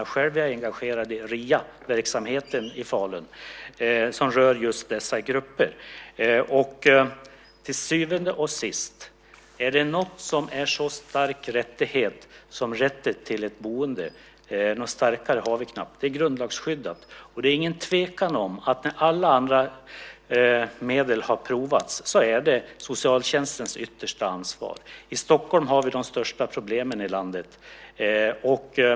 Jag är själv engagerad i Riaverksamheten i Falun som rör just dessa grupper. Till syvende och sist: Finns det något som är en så stark rättighet som rätten till ett boende? Något starkare har vi knappt. Det är grundlagsskyddat. Det är ingen tvekan om att när alla andra medel har provats är det socialtjänstens yttersta ansvar. I Stockholm har vi de största problemen i landet.